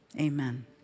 amen